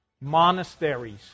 Monasteries